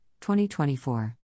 2024